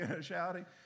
shouting